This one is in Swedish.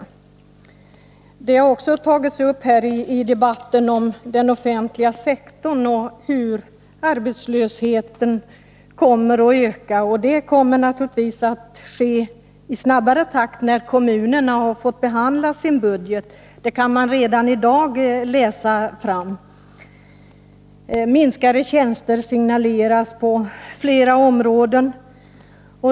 I debatten har också tagits upp den offentliga sektorn och hur arbetslösheten där kommer att öka. Detta kommer naturligtvis att ske i snabbare takt när kommunerna har behandlat sin budget — det kan man redan i dag läsa sig till. Minskade tjänster signaleras på flera områden.